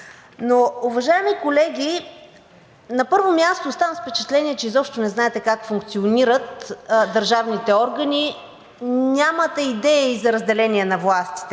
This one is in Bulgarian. Уважаеми колеги, на първо място, оставам с впечатление, че изобщо не знаете как функционират държавните органи. Нямате идея и за разделение на властите,